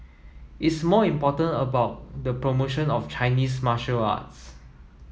it's more important about the promotion of Chinese martial arts